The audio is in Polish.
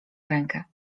rękę